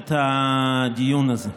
את הדיון הזה.